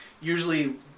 Usually